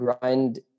grind